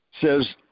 says